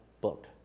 book